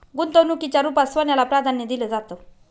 गुंतवणुकीच्या रुपात सोन्याला प्राधान्य दिलं जातं